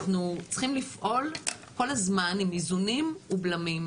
אנחנו צריכים לפעול כל הזמן עם איזונים ובלמים.